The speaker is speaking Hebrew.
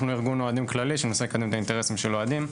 אנחנו ארגון אוהדים כללי שמנסה לקדם את האינטרסים של אוהדים.